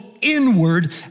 inward